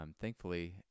Thankfully